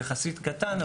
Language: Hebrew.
יחסית קטן,